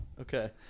Okay